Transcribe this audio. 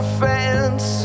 fence